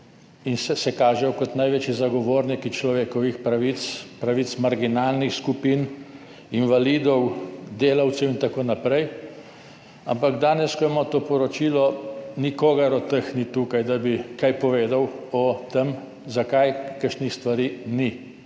zboru kažejo kot največji zagovorniki človekovih pravic, pravic marginalnih skupin, invalidov, delavcev in tako dalje, ampak danes, ko imamo to poročilo, nikogar od teh ni tukaj, da bi kaj povedal o tem, zakaj kakšnih stvari ni